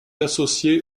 associé